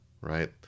right